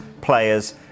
players